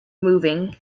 moving